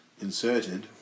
Inserted